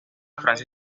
francia